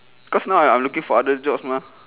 cause now I'm looking for other jobs mah